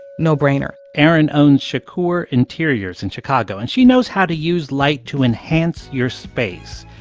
no-brainer erin owns shakoor interiors in chicago, and she knows how to use light to enhance your space.